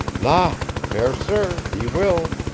la! fair sir, he will.